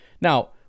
Now